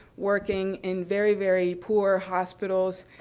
working in very, very poor hospitals,